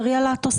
תחזרי על התוספת.